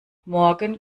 morgen